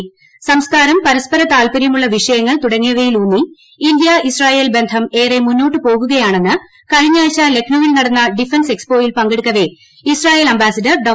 ലക്നൌവിൽ സംസ്കാരം പരസ്പര താൽപര്യമുളള വിഷയങ്ങൾ തുടങ്ങിയവയിൽ ഊന്നി ഇന്ത്യ ഇസ്രായേൽ ബന്ധം ഏറെ മുന്നോട്ട് പോകുകയാണെന്ന് കഴിഞ്ഞയാഴ്ച ലക്നൌവിൽ നടന്ന ഡിഫൻസ് എക്സ്പോയിൽ പങ്കെടുക്കവെ ഇസ്രായേൽ അംബാസിഡർ ഡോ